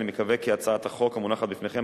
אני מקווה כי הצעת החוק המונחת בפניכם